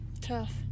Tough